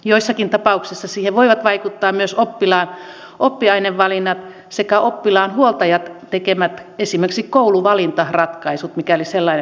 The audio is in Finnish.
joissakin tapauksissa siihen voivat vaikuttaa myös oppilaan oppiainevalinnat sekä esimerkiksi oppilaan huoltajan tekemät kouluvalintaratkaisut mikäli sellainen on mahdollista